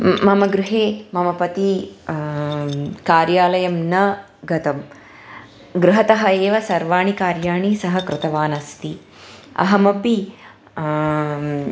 मम गृहे मम पतिः कार्यालयं न गतं गृहात् एव सर्वाणि कार्याणि सः कृतवान् अस्ति अहमपि